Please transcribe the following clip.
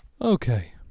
Okay